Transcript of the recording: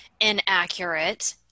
inaccurate